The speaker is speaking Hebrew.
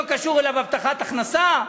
אז לא קשור אליו הבטחת הכנסה.